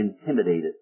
intimidated